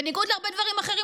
בניגוד להרבה דברים אחרים,